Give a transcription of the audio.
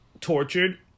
tortured